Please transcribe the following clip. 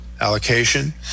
allocation